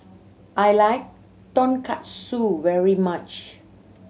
I like Tonkatsu very much